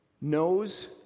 knows